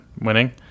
winning